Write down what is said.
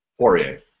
Poirier